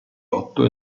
otto